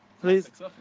please